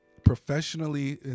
professionally